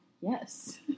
Yes